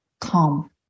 calm